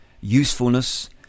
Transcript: usefulness